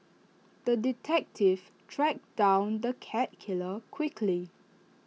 the detective tracked down the cat killer quickly